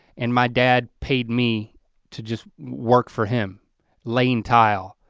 and my dad paid me to just work for him laying tile.